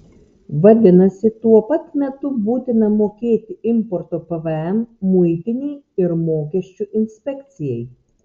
vadinasi tuo pat metu būtina mokėti importo pvm muitinei ir mokesčių inspekcijai